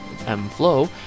M-Flow